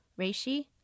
Reishi